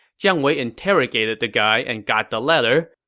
jiang wei interrogated the guy and got the letter.